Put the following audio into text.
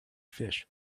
fish